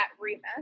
Remus